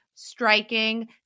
Striking